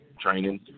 training